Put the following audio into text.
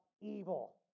evil